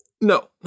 no